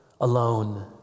alone